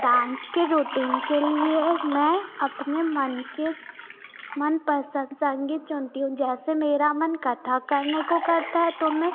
dance के routine के लिए मैं अपने मन के मनपसंद संगीत चुनती हूँ जैसे मेरा मन कथक करने को करता है तो मैं